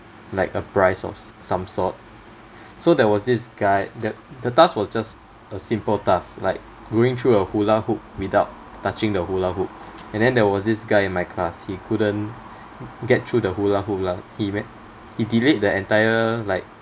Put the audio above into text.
like a prize of s~ some sort so there was this guy th~ the task was just a simple task like going through a hula hoop without touching the hula hoop and then there was this guy in my class he couldn't get through the hula hoop lah he ma~ he delayed the entire like